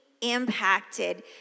impacted